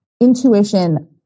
intuition